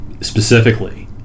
specifically